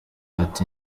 ati